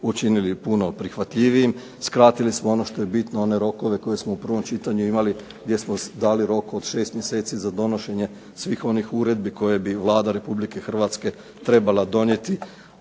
učinili puno prihvatljivijim, skratili smo ono što je bitno, one rokove koje smo u prvom čitanju imali, gdje smo dali rok od 6 mjeseci za donošenje svih onih uredbi koje bi Vlada Republike Hrvatske trebala donijeti